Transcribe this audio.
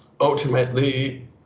Ultimately